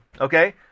Okay